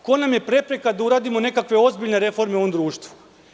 Ko nam je prepreka da uradimo nekakve ozbiljne prepreke u ovom društvu?